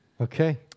Okay